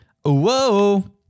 Whoa